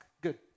Good